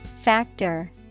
Factor